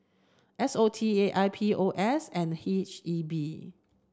S O T A I P O S and H E B